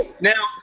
Now